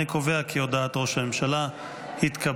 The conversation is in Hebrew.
אני קובע כי הודעת ראש הממשלה התקבלה.